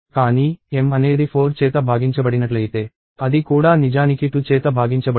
కానీ m అనేది 4 చేత భాగించబడినట్లయితే అది కూడా నిజానికి 2 చేత భాగించబడుతుంది